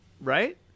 right